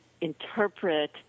interpret